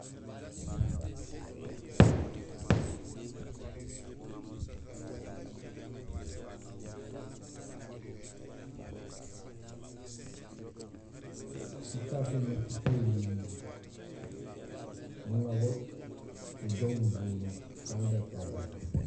Ga passeport goomé gahiit gara élunlum gara gajahoor sisuk sa kuhikuhi; sisuk sasu soomé sisuk sara élunlum; nuŋa go nujoow nuboñul maat ubaaj problème.